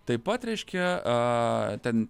taip pat reiškia a ten